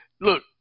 look